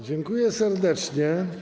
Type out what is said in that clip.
Dziękuję serdecznie.